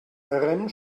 rem